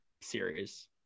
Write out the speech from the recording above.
series